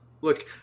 Look